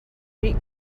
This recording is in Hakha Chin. rih